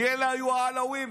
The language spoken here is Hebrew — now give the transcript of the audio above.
מי היו העלווים?